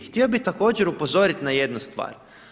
Htio bih također upozoriti na jednu stvar.